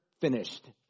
finished